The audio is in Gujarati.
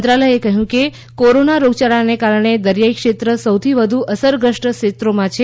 મંત્રાલયે કહ્યું કે કોરોના રોગયાળાને કારણે દરિયાઇ ક્ષેત્ર સૌથી વધુ અસરગ્રસ્ત ક્ષેત્રોમાં છે